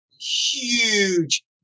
huge